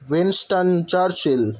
winston churchill